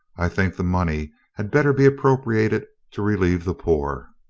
i think the money had better be appropriated to relieve the poor.